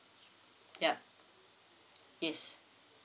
yup yes